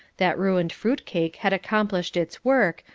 that ruined fruitcake had accomplished its work,